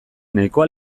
nahikoa